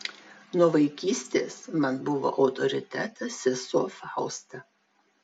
nuo vaikystės man buvo autoritetas sesuo fausta